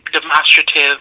demonstrative